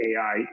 AI